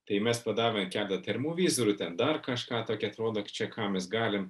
tai mes padavėm keletą termovizorių ten dar kažką tokie atrodo čia ką mes galim